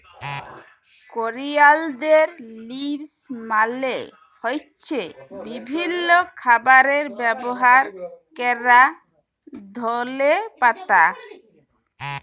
করিয়ালদের লিভস মালে হ্য়চ্ছে বিভিল্য খাবারে ব্যবহার ক্যরা ধলে পাতা